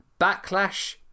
Backlash